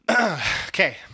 Okay